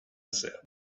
said